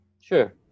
Sure